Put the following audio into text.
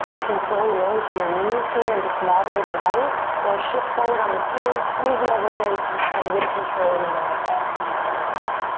you can slowly lower to your knees here and just go all the way to the belly or shift forward on the toes, squeeze the elbows in and with control we lower all the way down to the belly.